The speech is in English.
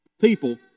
people